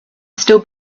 still